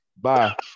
Bye